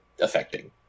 affecting